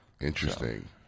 Interesting